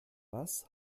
was